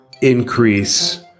increase